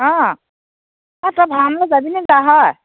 অ' অ' তই ভাওনালৈ যাবি নাযাও হয়